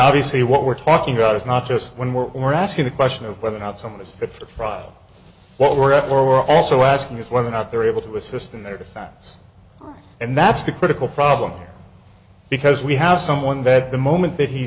obviously what we're talking about is not just when we're asking the question of whether or not someone is fit for trial what we're after we're also asking is whether or not they're able to assist in their defense and that's the critical problem because we have someone that the moment that he